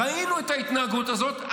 ראינו את ההתנהגות הזאת.